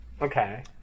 Okay